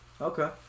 Okay